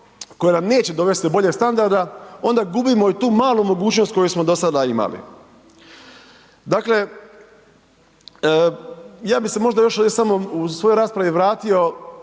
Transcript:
koji nam neće dovesti do boljeg standarda onda gubimo i tu malu mogućnost koju smo do sada imali. Dakle, ja bi se možda još samo u svojoj raspravi vratio